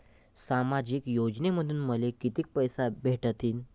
सामाजिक योजनेमंधून मले कितीक पैसे भेटतीनं?